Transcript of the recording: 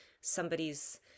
somebody's